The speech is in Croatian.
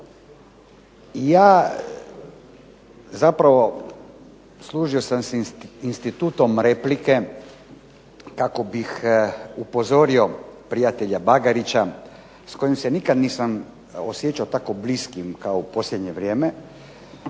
Ja zapravo služio sam se institutom replike kako bih upozorio prijatelja Bagarića, s kojim se nikad nisam osjećao tako bliskim kao u posljednje vrijeme,